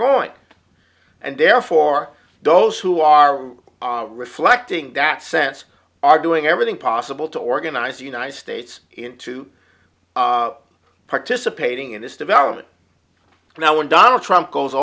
going and therefore those who are reflecting that sense are doing everything possible to organize the united states into participating in this development now when donald trump goes